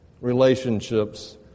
relationships